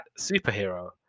superhero